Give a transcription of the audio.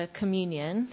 communion